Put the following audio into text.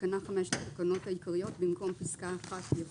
בתקנה 5 לתקנות העיקריות, במקום פסקה (1) יבוא: